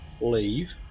leave